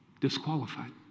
disqualified